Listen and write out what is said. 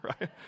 right